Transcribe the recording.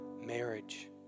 marriage